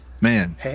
man